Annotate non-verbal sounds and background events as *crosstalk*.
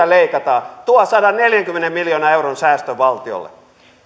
*unintelligible* leikataan tuo sadanneljänkymmenen miljoonan euron säästön valtiolle